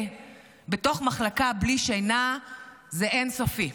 בתוך מחלקה בלי שינה זה אין-סופי.